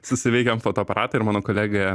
susiveikiam fotoaparatą ir mano kolegė